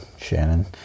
Shannon